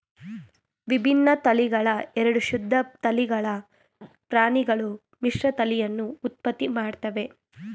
ವಿಭಿನ್ನ ತಳಿಗಳ ಎರಡು ಶುದ್ಧ ತಳಿಗಳ ಪ್ರಾಣಿಗಳು ಮಿಶ್ರತಳಿಯನ್ನು ಉತ್ಪತ್ತಿ ಮಾಡ್ತವೆ